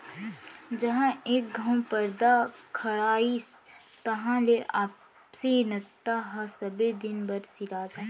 जहॉं एक घँव परदा खड़ाइस तहां ले आपसी नता ह सबे दिन बर सिरा जाथे